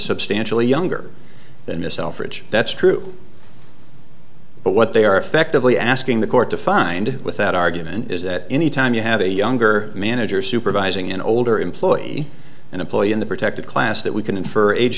substantially younger than itself which that's true but what they are effectively asking the court to find with that argument is that anytime you have a younger manager supervising an older employee and employer in the protected class that we can infer age